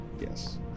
Yes